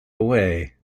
away